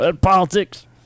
politics